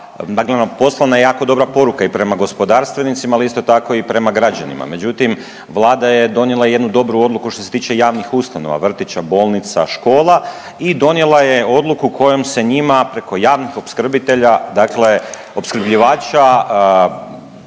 dakle poslana je jako dobra poruka i prema gospodarstvenicima, ali isto tako i prema građanima. Međutim, vlada je donijela jednu dobru odluku što se tiče javnih ustanova vrtića, bolnica, škola i donijela je odluku kojom se njima preko javnih opskrbitelja dakle opskrbljivača